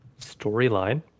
storyline